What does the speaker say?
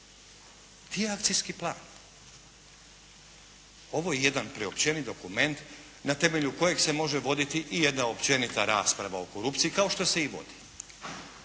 je akcijski plan? Ovo je jedan preopćeni dokument na temelju kojeg se može voditi i jedna općenita rasprava o korupciji kao što se i vodi.